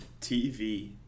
TV